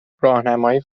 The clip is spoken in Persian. راهنمایی